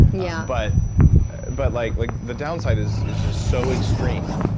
yeah but but like like the downside is is just so extreme.